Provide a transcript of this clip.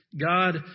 God